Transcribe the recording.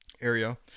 area